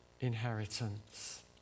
Inheritance